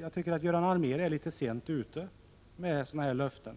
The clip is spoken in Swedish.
Jag tycker att Göran Allmér är litet sent ute med sådana här löften.